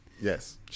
Yes